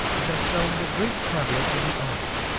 it has shown the great progress in the arts,